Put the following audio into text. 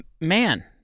man